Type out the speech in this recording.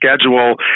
schedule